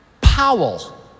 Powell